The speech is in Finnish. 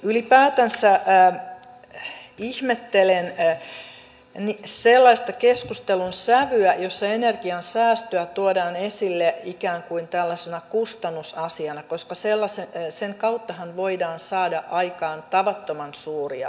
ylipäätänsä ihmettelen sellaista keskustelun sävyä jossa energiansäästöä tuodaan esille ikään kuin tällaisena kustannusasiana koska sen kauttahan voidaan saada aikaan tavattoman suuria säästöjä